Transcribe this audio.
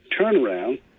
turnaround